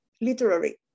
literary